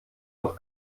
noch